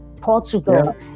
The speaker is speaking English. Portugal